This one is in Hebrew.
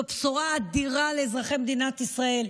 זו בשורה אדירה לאזרחי מדינת ישראל,